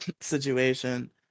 situation